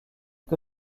que